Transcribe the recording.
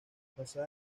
basada